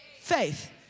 faith